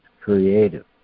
creative